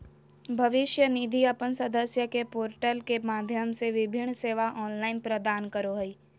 भविष्य निधि अपन सदस्य के पोर्टल के माध्यम से विभिन्न सेवा ऑनलाइन प्रदान करो हइ